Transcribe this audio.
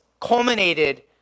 culminated